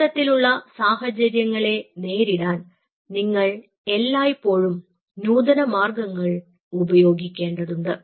ഇത്തരത്തിലുള്ള സാഹചര്യങ്ങളെ നേരിടാൻ നിങ്ങൾ എല്ലായ്പ്പോഴും നൂതന മാർഗങ്ങൾ ഉപയോഗിക്കേണ്ടതുണ്ട്